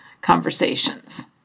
conversations